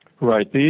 Right